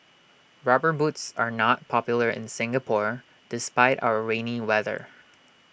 rubber boots are not popular in Singapore despite our rainy weather